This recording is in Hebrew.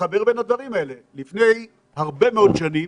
לפני הרבה מאוד שנים